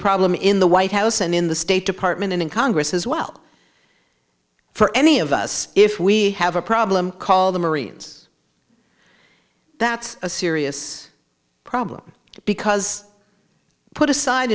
problem in the white house and in the state department and in congress as well for any of us if we have a problem call the marines that's a serious problem because put aside